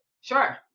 Sure